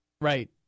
Right